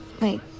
Wait